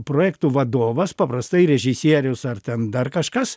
projektų vadovas paprastai režisieriaus ar ten dar kažkas